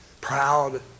proud